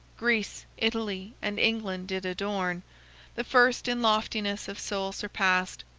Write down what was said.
greece, italy, and england did adorn the first in loftiness of soul surpassed,